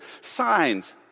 signs